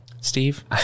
steve